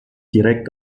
direkt